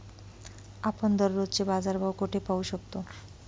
आपण दररोजचे बाजारभाव कोठे पाहू शकतो?